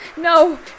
no